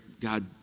God